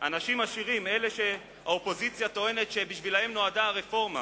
אלה שהאופוזיציה טוענת שבשבילם נועדה הרפורמה,